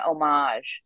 homage